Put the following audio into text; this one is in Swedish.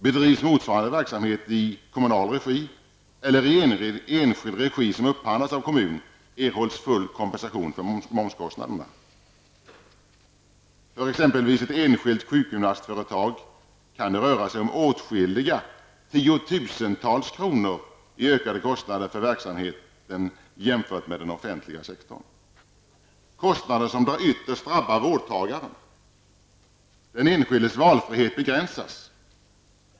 Bedrivs motsvarande verksamhet i kommunal regi eller i enskild regi som upphandlats av kommun, erhålls full kompensation för momskostnaden. För exempelvis ett enskilt sjukgymnastföretag kan det röra sig om åtskilliga tiotusentals kronor i ökade kostnader för verksamheten jämfört med den offentliga sektorn; kostnader som ytterst drabbar vårdtagaren. Den enskildes valfrihet begränsas.